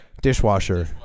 dishwasher